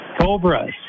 Cobras